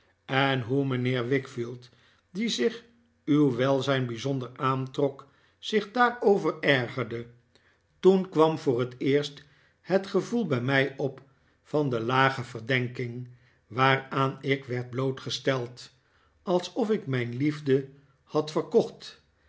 en hoe mijnheer wickfield die zich uw welzijn bijzonder aantrok zich daarover ergerde toen kwam voor het eerst het gevoel bij mij op van de lage verdenking waaraan ik werd blootgesteld alsof ik mijn liefde had verkocht